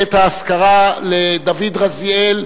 האזכרה לדוד רזיאל,